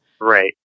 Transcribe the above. Right